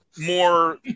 more